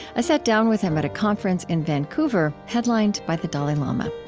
i sat down with him at a conference in vancouver headlined by the dalai lama